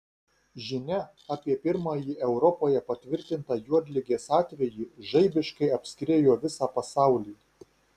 žinia apie pirmąjį europoje patvirtintą juodligės atvejį žaibiškai apskriejo visą pasaulį